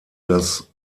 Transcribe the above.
das